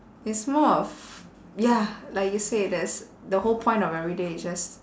it's more of ya like you say there's the whole point of every day just